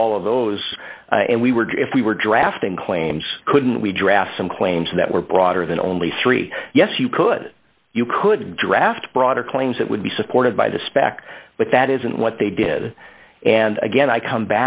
at all of those and we were jeff we were drafting claims couldn't we draft some claims that were broader than only three yes you could you could draft broader claims that would be supported by the spec but that isn't what they did and again i come